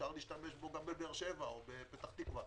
אפשר להשתמש בו בבאר שבע או בפתח תקווה.